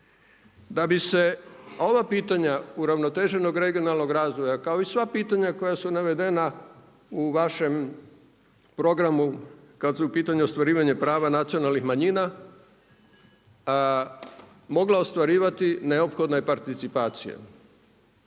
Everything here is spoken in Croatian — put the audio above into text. Da bi se ova pitanja uravnoteženog regionalnog razvoja kao i sva pitanja koja su navedena u vašem programu kada su ostvarivanje prava nacionalnih manjina mogla ostvarivati neophodna je participacija.